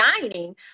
dining